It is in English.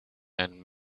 and